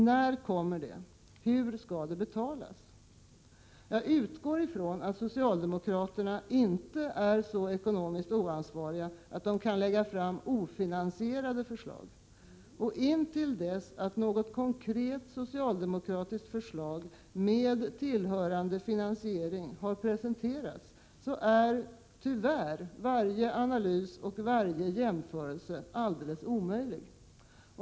När kommer det? Hur skall det betalas? Jag utgår ifrån att socialdemokraterna inte är så ekonomiskt oansvariga att de lägger fram ofinansierade förslag: Intill dess att något konkret socialdemokratiskt förslag med tillhörande finansiering har presenterats är tyvärr varje analys och varje jämförelse alldeles omöjlig.